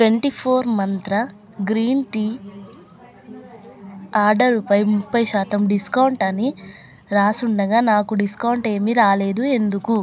twenty four Mantra green tea ఆర్డరుపై ముప్పై శాతం డిస్కౌంట్ అని రాసుండగా నాకు డిస్కౌంట్ ఏమీ రాలేదు ఎందుకు